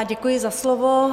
Děkuji za slovo.